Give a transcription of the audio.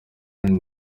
none